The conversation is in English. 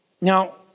Now